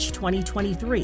2023